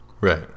Right